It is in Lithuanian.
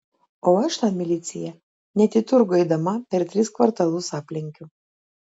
o aš tą miliciją net į turgų eidama per tris kvartalus aplenkiu